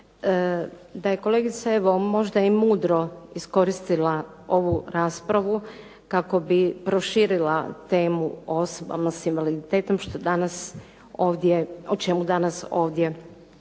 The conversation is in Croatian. da je kolegica, evo možda i mudro iskoristila ovu raspravu kako bi proširila temu o osobama s invaliditetom, o čemu danas ovdje ne